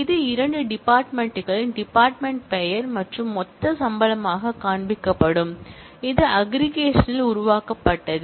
இது இரண்டு டிபார்ட்மென்ட் களின் டிபார்ட்மென்ட் பெயர் மற்றும் மொத்த சம்பளமாகக் காண்பிக்கப்படும் இது அக்ரிகேஷன் ல் உருவாக்கப்பட்டது